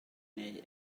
neu